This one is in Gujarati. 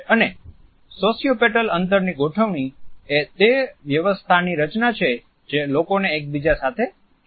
અને સોશિયોપેટલ અંતરની ગોઠવણી એ તે વ્યવસ્થાની રચના છે જે લોકો ને એકબીજા સાથે ખેંચે છે